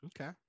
okay